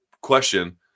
question